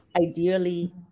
ideally